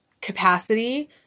capacity